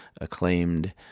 acclaimed